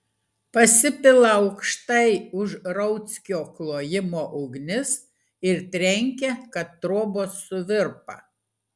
pasipila aukštai už rauckio klojimo ugnis ir trenkia kad trobos suvirpa